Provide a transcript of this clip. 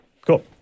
cool